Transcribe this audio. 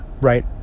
Right